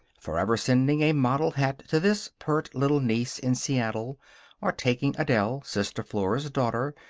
forever sending a model hat to this pert little niece in seattle or taking adele, sister flora's daughter,